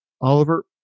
Oliver